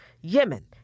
Yemen